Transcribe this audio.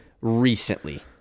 recently